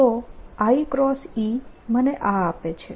તો iE મને આ આપે છે